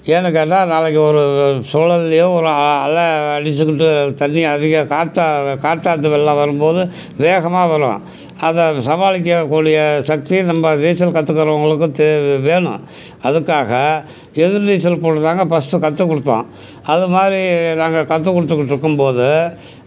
ஏன்னு கேட்டால் நாளைக்கு ஒரு சுழல்லையோ ஒரு ஆ அலை அடிச்சுக்கிட்டு தண்ணி அதிகம் காத்தா காட்டாத்து வெள்ளம் வரும்போது வேகமாக வரும் அதை சமாளிக்கக்கூடிய சக்தி நம்ப நீச்சல் கற்றுக்கறவங்களுக்கும் தேவை வேணும் அதுக்காக எதிர்நீச்சல் போட்டு தாங்க ஃபஸ்ட்டு கற்று கொடுத்தோம் அது மாதிரி நாங்கள் கற்று கொடுத்துக்குட்ருக்கும் போது